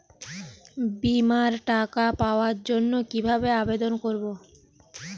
বিমার টাকা পাওয়ার জন্য কিভাবে আবেদন করব?